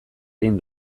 egin